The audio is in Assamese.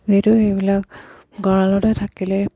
যিহেতু সেইবিলাক গঁৰালতে থাকিলে